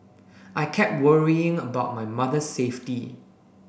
I kept worrying about my mother's safety